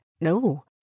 no